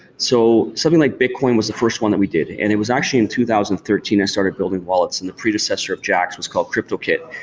so something like bitcoin was the first one that we did. it and it was actually in two thousand and thirteen i started building wallets and the predecessor of jaxx was called crypto kit.